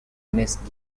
next